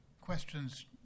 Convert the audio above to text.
questions